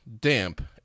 damp